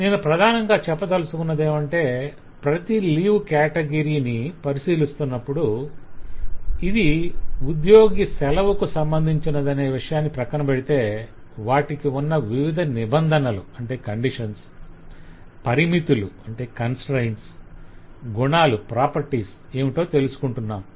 నేను ప్రధానంగా చెప్పదలచుకొన్నదేమంటే ఈ ప్రతి లీవ్ కేటగిరి ని పరిశీలిస్తున్నప్పుడు ఇది ఉద్యోగి సెలవుకు సంబంధించనదనే విషయాన్ని ప్రక్కన పెడితే వాటికి ఉన్న వివిధ నిబంధనలు పరిమితులు గుణాలు ఏమిటో తెలుసుకుంటున్నాం